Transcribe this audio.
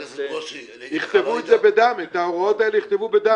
יכתבו את ההוראות האלה בדם.